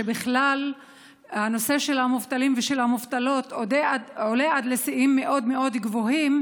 כשהנושא של המובטלים והמובטלות עולה לשיאים גבוהים מאוד,